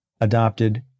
adopted